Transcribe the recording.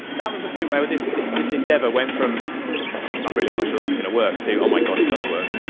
that was the point where this this endeavor went from i'm really not sure this is going to work, to oh my god, it does work!